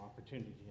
opportunity